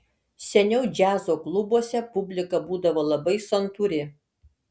seniau džiazo klubuose publika būdavo labai santūri